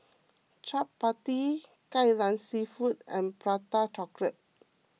Chappati Kai Lan Seafood and Prata Chocolate